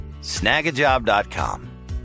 Snagajob.com